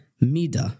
Mida